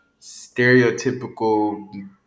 stereotypical